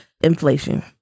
inflation